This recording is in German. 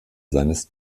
seines